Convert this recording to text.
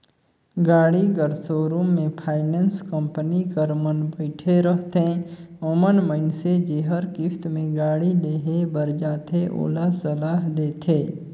गाड़ी कर सोरुम में फाइनेंस कंपनी कर मन बइठे रहथें ओमन मइनसे जेहर किस्त में गाड़ी लेहे बर जाथे ओला सलाह देथे